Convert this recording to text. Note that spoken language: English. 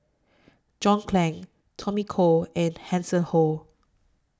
John Clang Tommy Koh and Hanson Ho